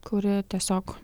kuri tiesiog